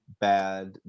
bad